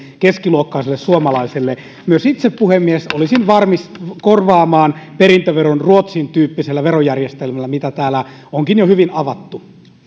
keskiluokkaiselle suomalaiselle myös itse puhemies olisin valmis korvaamaan perintöveron ruotsin tyyppisellä verojärjestelmällä mitä täällä onkin jo hyvin avattu